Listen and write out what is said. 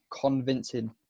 convincing